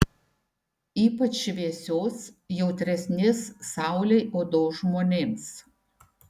ypač šviesios jautresnės saulei odos žmonėms